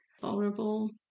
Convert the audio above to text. vulnerable